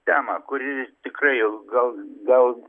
temą kuri tikrai gal gal